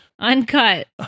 Uncut